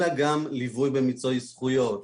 אלא גם ליווי במיצוי זכויות,